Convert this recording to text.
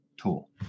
tool